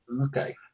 Okay